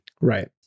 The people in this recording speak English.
right